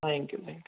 thank you thank you